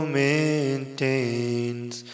maintains